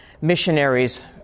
missionaries